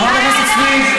חברת הכנסת סויד,